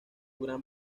gran